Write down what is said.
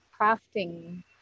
crafting